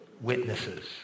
Witnesses